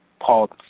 Paul